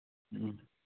ꯎꯝ